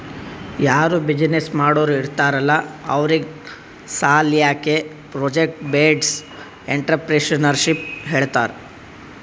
ಯಾರೂ ಬಿಸಿನ್ನೆಸ್ ಮಾಡೋರ್ ಇರ್ತಾರ್ ಅಲ್ಲಾ ಅವ್ರಿಗ್ ಸಾಲ್ಯಾಕೆ ಪ್ರೊಜೆಕ್ಟ್ ಬೇಸ್ಡ್ ಎಂಟ್ರರ್ಪ್ರಿನರ್ಶಿಪ್ ಹೇಳ್ತಾರ್